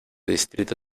distrito